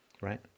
right